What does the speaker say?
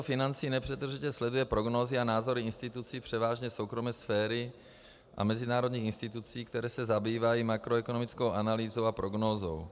Ministerstvo financí nepřetržitě sleduje prognózy a názory institucí převážně soukromé sféry a mezinárodních institucí, které se zabývají makroekonomickou analýzou a prognózou.